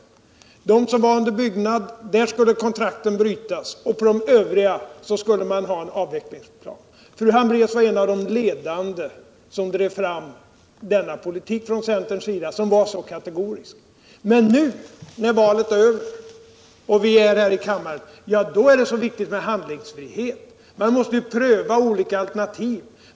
För de aggregat som var under byggnad skulle kontrakten brytas, och för de övriga skulle man ha en avvecklingsplan. Fru Hambraeus var en av de ledande som drev fram denna kategoriska politik från centerns sida. Men nu, när valet är över och vi befinner oss här i kammaren är det så vikugt med handlingstrihet. man måste pröva olika alternativ.